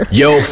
yo